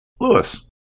Lewis